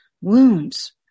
wounds